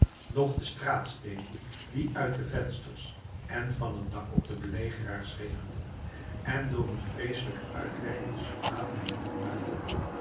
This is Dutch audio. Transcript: noch de straatsteenen die uit de vensters en van het dak op de belegeraars regenden en door hun vreeselijke uitwerking de soldaten woedend maakten